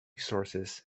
sources